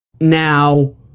Now